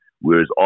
whereas